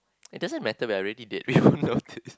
it doesn't matter we are already dead we wouldn't notice